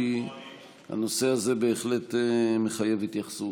כי הנושא הזה בהחלט מחייב התייחסות.